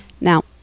Now